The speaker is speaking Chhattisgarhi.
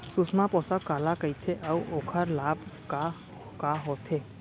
सुषमा पोसक काला कइथे अऊ ओखर लाभ का का होथे?